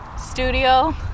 studio